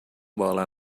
bola